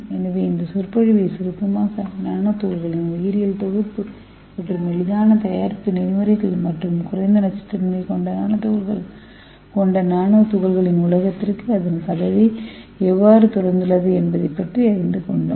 எனவே இந்த சொற்பொழிவின் சுருக்கமாக நானோ துகள்களின் உயிரியல் தொகுப்பு மற்றும் எளிதான தயாரிப்பு நெறிமுறைகள் மற்றும் குறைந்த நச்சுத்தன்மை கொண்ட நானோ துகள்கள் கொண்ட நானோ துகள்களின் உலகத்திற்கு அதன் கதவை எவ்வாறு திறந்துள்ளது என்பதைப் பற்றி அறிந்து கொண்டோம்